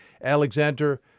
Alexander